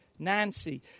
Nancy